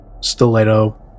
stiletto